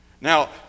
Now